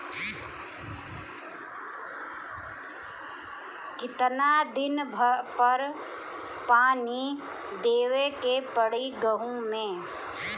कितना दिन पर पानी देवे के पड़ी गहु में?